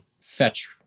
fetch